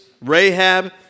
Rahab